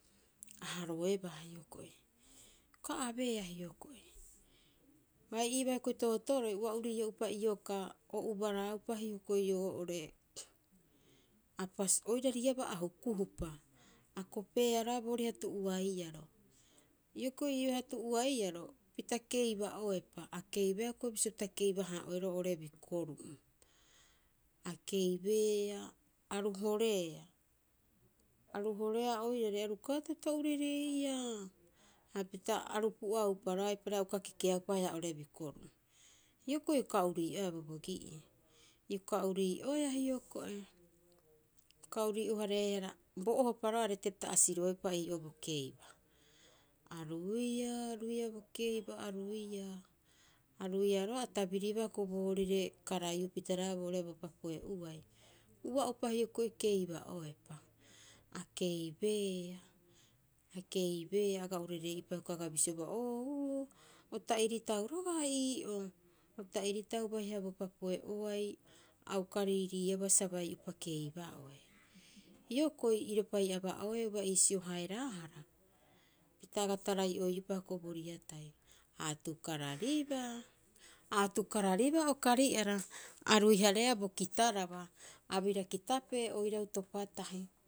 A haroebaa hioko'i. Ioka abeea hioko'i. Bai iiba hioko'i tootoroi ua urii'o'upa iokaa, o ubaraaupa hioko'i oo'ore apasu oirariabaa a huku'upa. A kopeea roga'a booriha tu'uaiaro. Hioko'i iibaha tu'uaiaro pita keiba'oepa. A keibeea bisio pita keiba- hara'oeroo oo'ore bikoru'u. A keibeea aru horeea, aru horeea oirare aru uka ata'epita urereiia. Hapita aru pu'aupa roga'a, eipaareha haia oo'ore bikoru'u. Hioko'i ioka urii'oea bobogi'ii. Ioka urii'oea hioko'i, ioka urii'o- hareehara bo ohopa roga'a retepita a siroeupa ii'oo bo keiba. Aruiia, aruiia bo keiba aruiia, aruiia roga'a a tabiribaa hioko'i boorire karaiiupita roga'a boore bo papo'e'uai. Ua'opa hioko'i keiba'oepa, a keibeea, akeibeea, aga urire'upa hioko'i aga bisiobaa, Oohuu o ta'iritau roga'a ii'oo, o ta'iritau baiha bo papo'e'uai. A uka riiriiabaa sa bai'upa keiba'oe. Hioko'i iropai aba'oeuba iisio haeraahara, pita aga tarai'oiupa hioko'i bo riatai. A atukararibaa, a atukararibaa o kari'ara a ruihareea bo kitaraba. A bira kitapee oirau topa tahi.